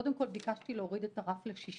קודם כול, ביקשתי להוריד את הרף ל-60.